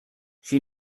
she